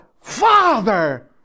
Father